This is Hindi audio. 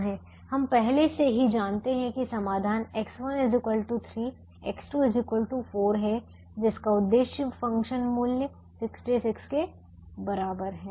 हम पहले से ही जानते हैं कि समाधान X1 3 X2 4 है जिसका उद्देश्य फ़ंक्शन मूल्य 66 के बराबर है